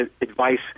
advice